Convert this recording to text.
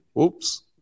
Oops